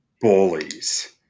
bullies